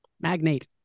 Magnate